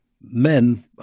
men